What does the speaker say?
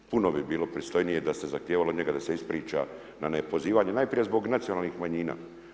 Puno bi bilo pristojnije da se zahtijevalo od njega da se ispriča na nepozivanje najprije zbog nacionalnih manjina.